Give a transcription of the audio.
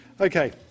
Okay